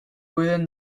within